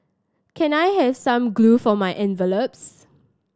can I have some glue for my envelopes